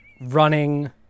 running